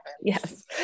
Yes